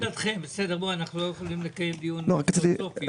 אנחנו לא יכולים לקיים דיון פילוסופי.